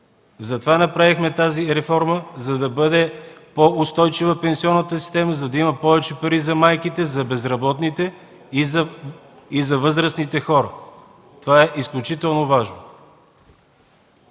Затова направихме тази реформа, за да бъде по-устойчива пенсионната система, за да има повече пари за майките, за безработните и за възрастните хора. Това е изключително важно.